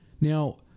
Now